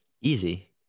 Easy